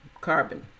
carbon